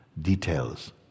details